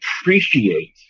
appreciate